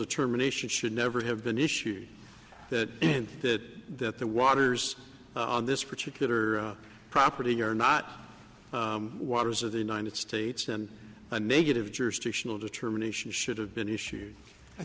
determination should never have been issued that and that that the waters on this particular property are not waters of the united states and a negative jurisdictional determination should have been issued i